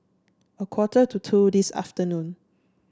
a quarter to two this afternoon